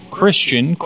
Christian